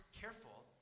careful